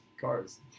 cars